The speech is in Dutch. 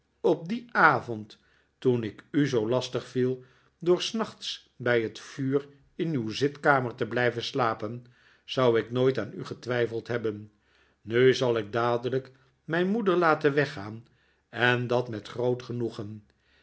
op dien avond toen ik u zoo lastig viel door s nachts bij het vuur in uw zitkamer te blijven slapen zou ik nooit aan u getwijfeld hebben nu zal ik dadelijk mijn moeder laten weggaan en dat met groot genoegen